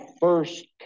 first